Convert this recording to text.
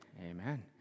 Amen